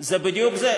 זה בדיוק זה.